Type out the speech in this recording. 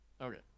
Okay